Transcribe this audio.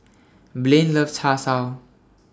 Blain loves Char Siu